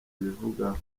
ibivugaho